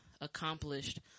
accomplished